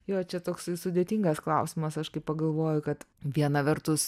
jo čia toks sudėtingas klausimas aš kai pagalvoju kad viena vertus